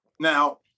Now